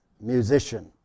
musician